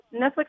Netflix